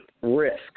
risk